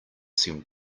seemed